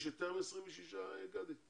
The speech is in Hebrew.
יש יותר מ-26, גדי?